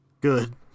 Good